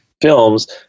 films